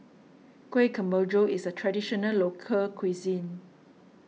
Kueh Kemboja is a Traditional Local Cuisine